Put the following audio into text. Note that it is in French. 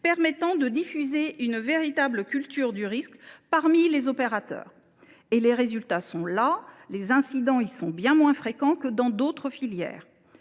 permettant de diffuser une véritable culture du risque parmi les opérateurs. Et les résultats sont là : les incidents y sont bien moins fréquents que dans d’autres filières.